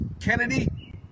Kennedy